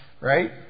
Right